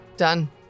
Done